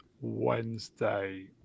wednesday